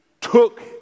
took